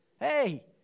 Hey